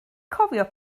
cofio